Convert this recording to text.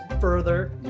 further